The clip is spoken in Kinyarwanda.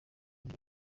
muri